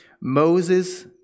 Moses